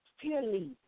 purely